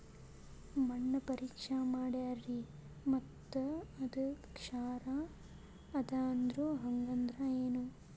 ಮಣ್ಣ ಪರೀಕ್ಷಾ ಮಾಡ್ಯಾರ್ರಿ ಮತ್ತ ಅದು ಕ್ಷಾರ ಅದ ಅಂದ್ರು, ಹಂಗದ್ರ ಏನು?